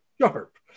sharp